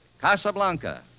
Casablanca